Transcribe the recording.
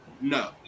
No